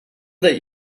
that